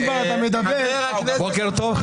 אם כבר אתה מדבר --- בוקר טוב,